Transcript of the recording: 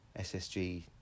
SSG